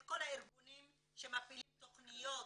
את כל הארגונים שמפעילים תכניות